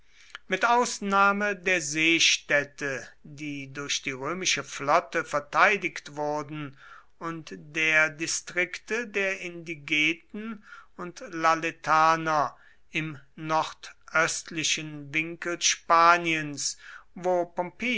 mit ausnahme der seestädte die durch die römische flotte verteidigt wurden und der distrikte der indigeten und laletaner im nordöstlichen winkel spaniens wo